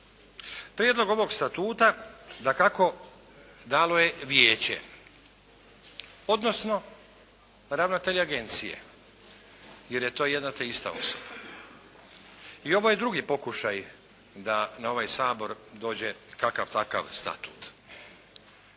Prijedlog ovog statuta dakako dalo je vijeće, odnosno ravnatelj agencije jer je to jedna te ista osoba. I ovo je drugi pokušaj da na ovaj Sabor dođe kakav takav statut.